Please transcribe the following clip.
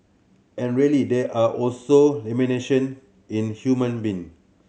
and really there are also in human being